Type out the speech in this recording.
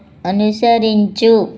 అనుసరించు